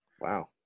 Wow